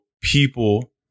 people